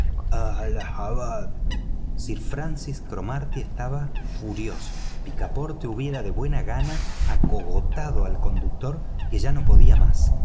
sir francis cromarty estaba furioso picaporte hubiera de buena gana acogotado al conductor ya no podía más